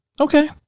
Okay